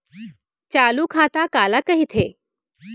चालू खाता काला कहिथे?